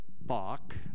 Bach